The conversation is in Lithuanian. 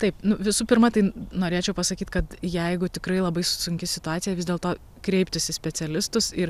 taip nu visų pirma tai norėčiau pasakyt kad jeigu tikrai labai sunki situacija vis dėlto kreiptis į specialistus ir